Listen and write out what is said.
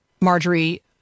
Marjorie